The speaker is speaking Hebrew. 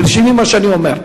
תרשמי את מה שאני אומר.